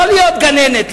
לא להיות גננת,